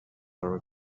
are